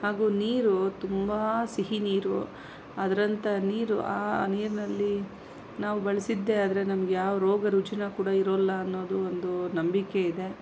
ಹಾಗೂ ನೀರು ತುಂಬ ಸಿಹಿ ನೀರು ಅದರಂಥ ನೀರು ಆ ನೀರಿನಲ್ಲಿ ನಾವು ಬಳಸಿದ್ದೇ ಆದರೆ ನಮಗೆ ಯಾವ ರೋಗ ರುಜಿನ ಕೂಡ ಇರೋಲ್ಲ ಅನ್ನೋದು ಒಂದು ನಂಬಿಕೆಯಿದೆ